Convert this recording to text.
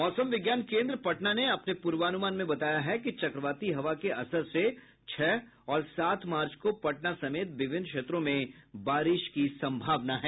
मौसम विज्ञान केन्द्र पटना ने अपने पूर्वानुमान में बताया है कि चक्रवाती हवा के असर से छह और सात मार्च को पटना समेत विभिन्न क्षेत्रों में बारिश की सम्भावना है